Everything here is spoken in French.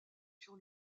sur